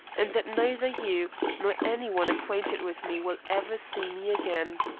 and that neither you nor any one acquainted with me will ever see me again.